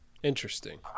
interesting